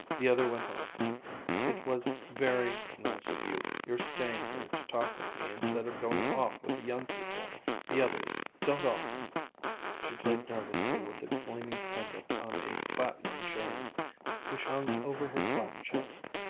the other went on it was very nice of you your staying here to talk with me instead of going off with the young people the others don't often she played nervously with a gleaming pendant on a platinum chain which hung over her flat chest,